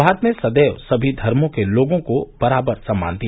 भारत ने सदैव समी धर्मो के लोगों को बराबर सम्मान दिया